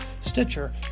Stitcher